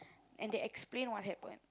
and they explain what happen